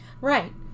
Right